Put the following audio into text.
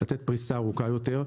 לתת פריסה ארוכה יותר.